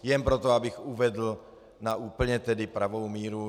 Jen proto, abych to uvedl na úplně pravou míru.